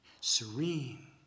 serene